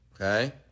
okay